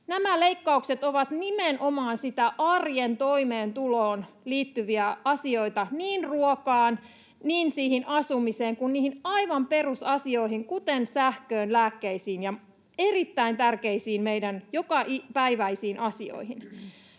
Nämä leikkaukset ovat nimenomaan niitä arjen toimeentuloon liittyviä asioita, niin ruokaan, niin asumiseen kuin niihin aivan perusasioihin, kuten sähköön, lääkkeisiin ja erittäin tärkeisiin meidän jokapäiväisiin asioihin.